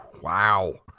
Wow